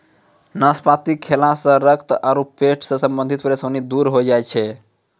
नाशपाती खैला सॅ रक्त आरो पेट सॅ संबंधित परेशानी दूर होय जाय छै